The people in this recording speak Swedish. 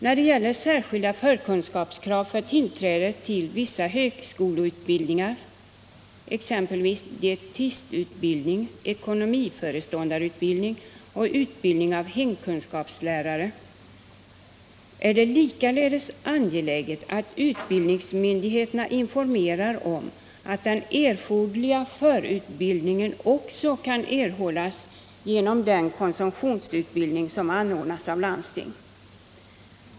När det gäller särskilda förkunskapskrav för tillträde till vissa högskoleutbildningar, t.ex. dietistutbildning, ekonomiföreståndarutbildning och utbildning av hemkunskapslärare, är det likaledes angeläget att utbildningsmyndigheterna informerar om att den erforderliga förutbildningen också kan erhållas genom den konsumtionsutbildning som anordnas av landsting.